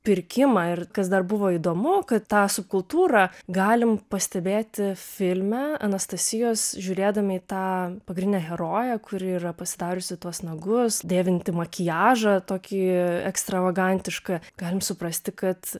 pirkimą ir kas dar buvo įdomu kad tą subkultūrą galim pastebėti filme anastasijos žiūrėdami į tą pagrindinę heroję kuri yra pasidariusi tuos nagus dėvinti makiažą tokį ekstravagantišką galim suprasti kad